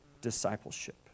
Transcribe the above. discipleship